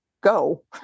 go